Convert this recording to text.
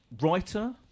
writer